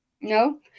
No